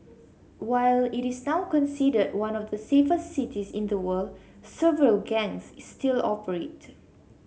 while it is now considered one of the safest cities in the world several gangs still operate